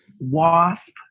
Wasp